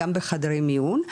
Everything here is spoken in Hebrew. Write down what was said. גם בחדרי מיון.